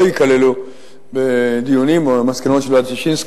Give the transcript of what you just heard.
ייכללו בדיונים או במסקנות של ועדת-ששינסקי,